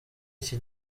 iki